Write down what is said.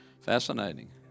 fascinating